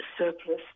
surplus